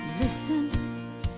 Listen